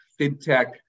fintech